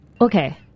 Okay